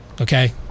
Okay